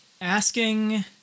asking